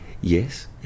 Yes